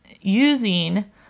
using